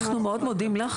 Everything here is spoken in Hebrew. אנחנו מאוד מודים לך.